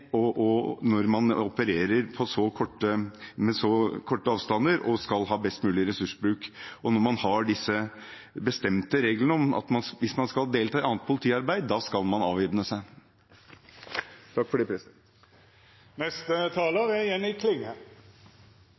når man opererer med så korte avstander og skal ha best mulig ressursbruk – og når man har disse bestemte reglene om at man skal avvæpne seg hvis man skal delta i annet politiarbeid.